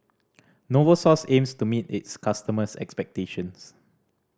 Novosource aims to meet its customers' expectations